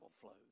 flows